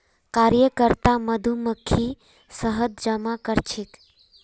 कार्यकर्ता मधुमक्खी शहद जमा करछेक